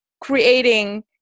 creating